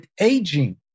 aging